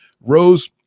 Rose